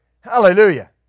Hallelujah